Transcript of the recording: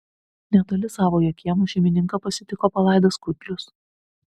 netoli savojo kiemo šeimininką pasitiko palaidas kudlius